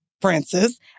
Francis